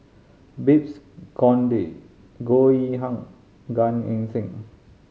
Babes Conde Goh Yihan Gan Eng Seng